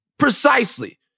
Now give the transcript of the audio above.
Precisely